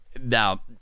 Now